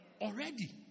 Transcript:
already